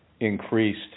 Increased